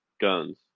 guns